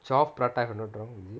twelve prata if I'm not wrong is it